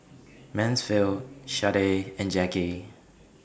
Mansfield Sharday and Jacki